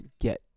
get